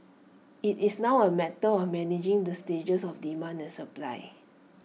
IT is now A matter of managing the stages of demand and supply